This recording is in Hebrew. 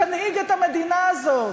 תנהיג את המדינה הזאת.